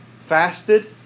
fasted